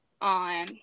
on